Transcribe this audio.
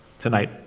tonight